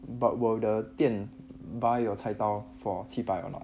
but will the 店 buy your 菜刀 for 七百 or not